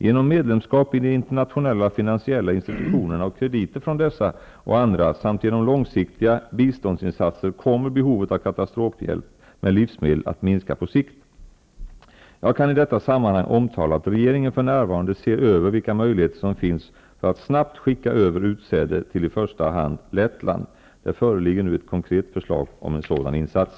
Genom medlemskap i de internationella finansiella institutionerna och kre diter från dessa och andra samt genom långsiktiga biståndsinsatser kommer behovet av katastrofhjälp med livsmedel att minska på sikt. Jag kan i detta sammanhang omtala att regeringen för närvarande ser över vilka möjligheter som finns för att snabbt skicka över utsäde till i första hand Lettland. Det föreligger nu ett konkret förslag om en sådan insats.